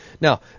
Now